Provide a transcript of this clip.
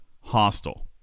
hostile